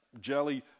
jelly